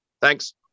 Thanks